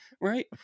right